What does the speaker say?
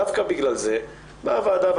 דווקא בגלל זה אמרה הוועדה: